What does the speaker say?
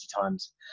times